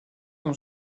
dans